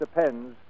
depends